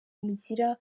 mugira